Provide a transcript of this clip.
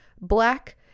black